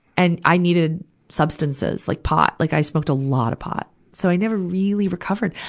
and i needed substances, like pot. like i smoked a lot of pot. so i never really recovered.